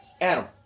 Adam